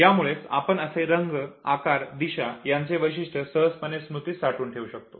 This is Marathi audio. यामुळेच आपण असे रंग आकार दिशा यांचे वैशिष्ट्ये सहजपणे स्मृतीत साठवून ठेवू शकतो